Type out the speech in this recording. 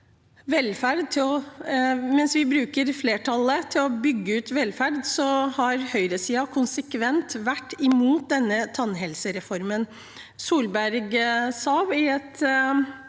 mens vi bruker flertallet til å bygge ut velferd, har høyresiden konsekvent vært imot denne tannhelsereformen. Solberg sa selv